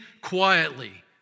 quietly